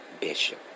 Bishop